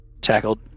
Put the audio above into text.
tackled